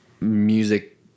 music